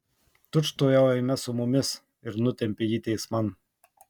tučtuojau eime su mumis ir nutempė jį teisman